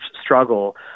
struggle